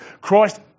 Christ